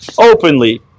Openly